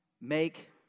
make